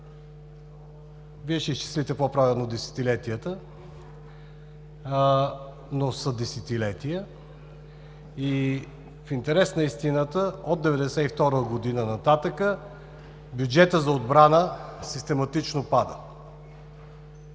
Вие ще изчислите по-правилно десетилетията, но са десетилетия. В интерес на истината от 1992 г. нататък бюджетът за отбрана систематично пада.